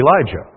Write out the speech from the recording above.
Elijah